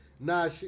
nah